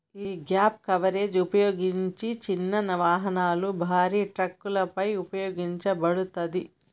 యీ gap coverage ఉపయోగించిన చిన్న వాహనాలు, భారీ ట్రక్కులపై ఉపయోగించబడతాది